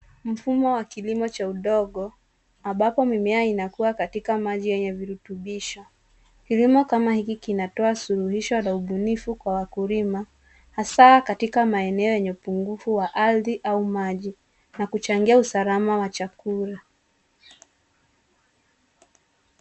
Mfumo wa kilimo cha udongo ambapo mimea inakua katika maji yenye virutubisho. Kilimo kama hiki kinatoa suluhisho la ubunifu Kwa wakulima, hasa katika maeneo yenye upungufu wa ardhi au maji na kuchangia usalama wa chakula.